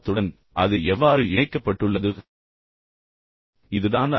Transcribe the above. நம்முடைய பாடத்துடன் அது எவ்வாறு இணைக்கப்பட்டுள்ளது என்பதை விரைவில் உங்களுக்கு விளக்குகிறேன்